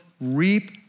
reap